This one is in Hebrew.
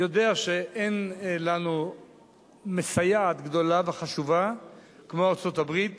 יודע שאין לנו מסייעת גדולה וחשובה כמו ארצות-הברית.